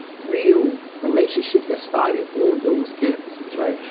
real relationships that started on those campuses, right?